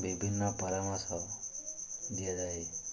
ବିଭିନ୍ନ ପରାମର୍ଶ ଦିଆଯାଏ